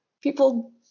people